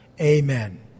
Amen